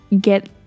get